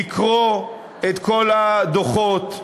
לקרוא את כל הדוחות,